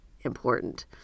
important